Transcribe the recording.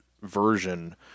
version